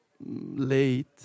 late